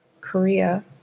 Korea